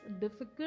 difficult